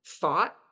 thought